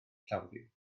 llawrydd